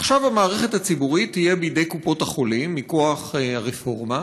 עכשיו המערכת הציבורית תהיה בידי קופות-החולים מכוח הרפורמה.